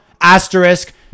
Asterisk